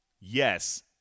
Yes